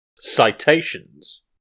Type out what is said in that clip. Citations